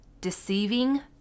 deceiving